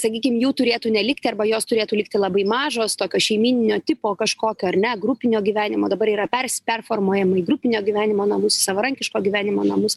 sakykim jų turėtų nelikti arba jos turėtų likti labai mažos tokio šeimyninio tipo kažkokio ar ne grupinio gyvenimo dabar yra pers performuojami į grupinio gyvenimo namus savarankiško gyvenimo namus